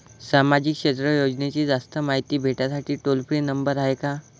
सामाजिक क्षेत्र योजनेची जास्त मायती भेटासाठी टोल फ्री नंबर हाय का?